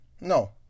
No